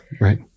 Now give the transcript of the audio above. Right